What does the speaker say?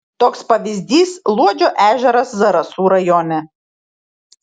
toks pavyzdys luodžio ežeras zarasų rajone